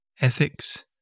ethics